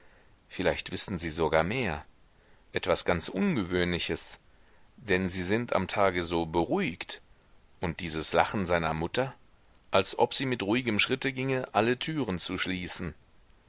vielleicht wissen sie sogar mehr etwas ganz ungewöhnliches denn sie sind am tage so beruhigt und dieses lachen seiner mutter als ob sie mit ruhigem schritte ginge alle türen zu schließen